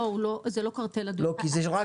לא, זה לא קרטל, אדוני.